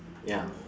ya